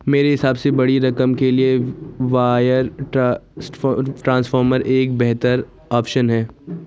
मेरे हिसाब से बड़ी रकम के लिए वायर ट्रांसफर एक बेहतर ऑप्शन है